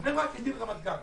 ובני ברק כדין רמת גן.